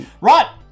Right